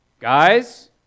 guys